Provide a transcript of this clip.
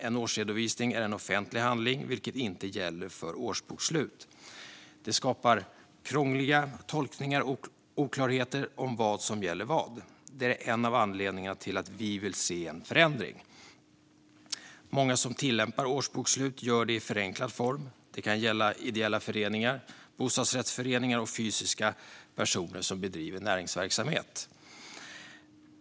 En årsredovisning är en offentlig handling, vilket inte gäller för årsbokslut. Det skapar krångliga tolkningar och oklarheter om vad som gäller vad, och det är också en av anledningarna till att vi vill se en förändring. Många som tillämpar årsbokslut gör det i förenklad form. Det kan gälla ideella föreningar, bostadsrättsföreningar och fysiska personer som bedriver näringsverksamhet.